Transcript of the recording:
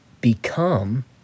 become